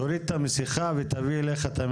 הנוסח הזה טוב